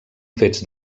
fets